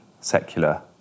secular